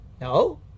No